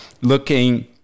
looking